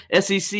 SEC